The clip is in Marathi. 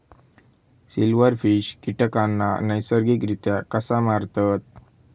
सिल्व्हरफिश कीटकांना नैसर्गिकरित्या कसा मारतत?